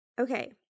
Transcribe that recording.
Okay